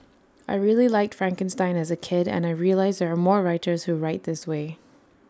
I really liked Frankenstein as A kid and I realised there are more writers who write this way